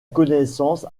connaissance